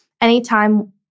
anytime